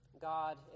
God